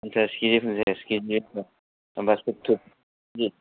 फनसास केजि फनसास केजि होनबा सुथ्तुर